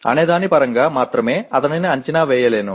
అనేదాని పరంగా మాత్రమే అతనిని అంచనా వేయలేను